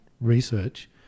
research